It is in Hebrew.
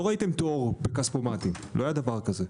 לא ראיתם תור בכספומטים, לא היה דבר כזה.